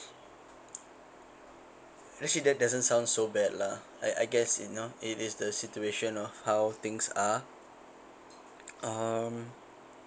actually that doesn't sound so bad lah I I guess you know it is the situation of how things are um